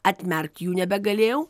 atmerkt jų nebegalėjau